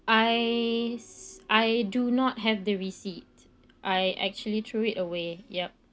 I I do not have the receipt I actually threw it away yup